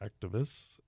activists